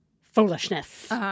foolishness